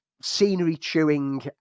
scenery-chewing